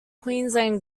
queensland